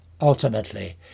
ultimately